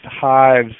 hives